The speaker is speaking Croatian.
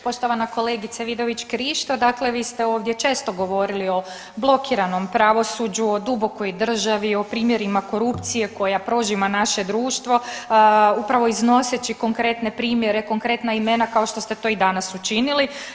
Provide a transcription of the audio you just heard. Poštovana kolegice Vidović Krišto, dakle vi ste ovdje često govorili o blokiranom pravosuđu, o dubokoj državi, o primjerima korupcije koja prožima naše društvo upravo iznoseći konkretne primjere, konkretna imena kao što ste to i danas učinili.